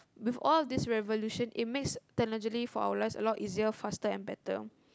with all these revolution it makes technology for our life a lot easier faster and better